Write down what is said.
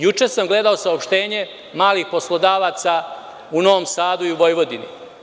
Juče sam gledao saopštenje malih poslodavaca u Novom Sadu i u Vojvodini.